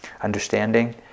understanding